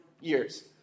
years